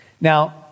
Now